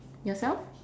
yourself